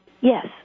Yes